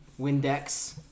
Windex